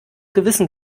gewissen